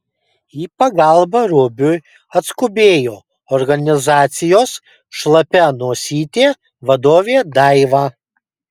į pagalbą rubiui atskubėjo organizacijos šlapia nosytė vadovė daiva